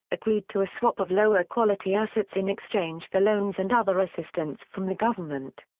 agreed to a swap of lower-quality assets in exchange for loans and other assistance from the government.